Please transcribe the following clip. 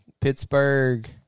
pittsburgh